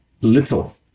little